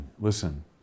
Listen